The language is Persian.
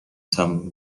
تموم